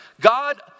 God